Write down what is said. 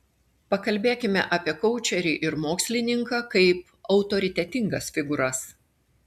pakalbėkime apie koučerį ir mokslininką kaip autoritetingas figūras